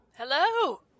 Hello